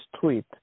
tweet